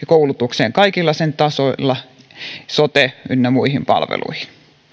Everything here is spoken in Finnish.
koulutukseen kaikilla sen tasoilla ja sote ynnä muihin palveluihin